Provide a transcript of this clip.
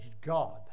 God